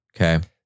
Okay